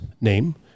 name